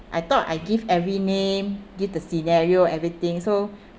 I thought I give every name give the scenario everything so